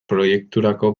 proiekturako